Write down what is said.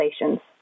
Relations